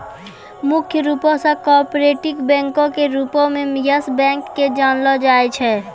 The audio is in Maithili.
मुख्य रूपो से कार्पोरेट बैंको के रूपो मे यस बैंक के जानलो जाय छै